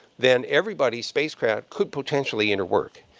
then everybody's spacecraft could potentially interwork,